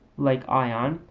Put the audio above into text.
like ion,